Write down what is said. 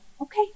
Okay